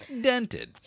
Dented